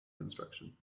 construction